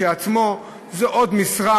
שכשלעצמו זו עוד משרה,